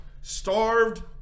Starved